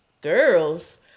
girls